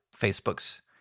Facebook's